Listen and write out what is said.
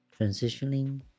transitioning